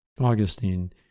Augustine